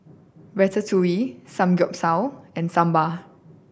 Ratatouille Samgyeopsal and Sambar